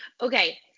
Okay